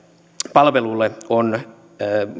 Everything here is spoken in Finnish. palvelulle on